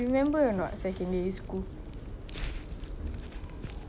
remember or not !haiya! who ah that one teacher the one we damn close with